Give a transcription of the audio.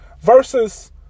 Versus